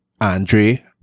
Andre